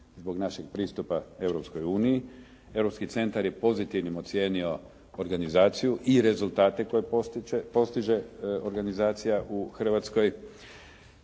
uniji. Europski centar je pozitivnim ocijenio organizaciju i rezultate koje postiže organizacija u Hrvatskoj,